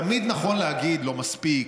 תמיד נכון להגיד שהקצב לא מספיק.